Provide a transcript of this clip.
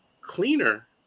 cleaner